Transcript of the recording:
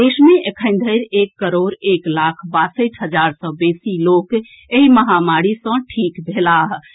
देश मे एखन धरि एक करोड़ एक लाख बासठि हजार सँ बेसी लोक एहि महामारी सँ ठीक भेलाह अछि